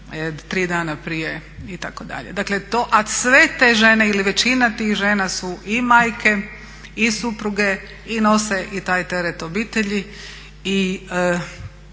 tri dana prije itd. A sve te žene, ili većina tih žena, su i majke i supruge i nose i taj teret obitelji.